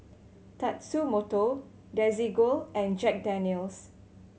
Tatsumoto Desigual and Jack Daniel's